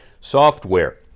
software